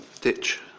ditch